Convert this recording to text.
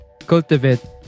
cultivate